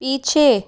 पीछे